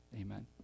Amen